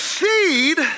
seed